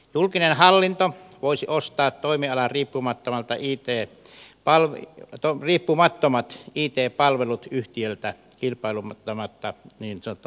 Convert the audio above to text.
julkinen hallinto voisi ostaa toimialariippumattomat it palvelut yhtiöltä kilpailuttamatta niin sanottuina in house ostoina